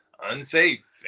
unsafe